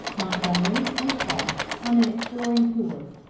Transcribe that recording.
montgomery and clark, on an exploring tour.